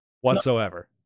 whatsoever